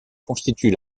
constituent